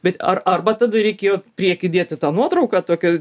bet ar arba tada reikėjo prieky dėti tą nuotrauką tokią